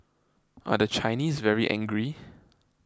are the Chinese very angry